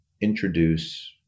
introduce